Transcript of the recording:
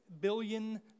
billion